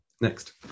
Next